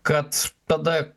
kad tada